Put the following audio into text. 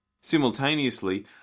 Simultaneously